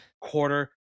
quarter